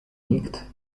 nikt